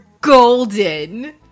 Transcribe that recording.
golden